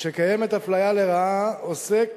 היא שקיימת אפליה לרעה, עוסק